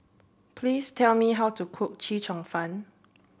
please tell me how to cook Chee Cheong Fun